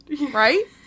right